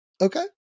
Okay